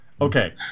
Okay